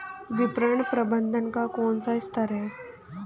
विपणन प्रबंधन का कौन सा स्तर है?